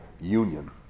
union